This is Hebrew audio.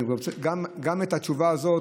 גם את התשובה הזאת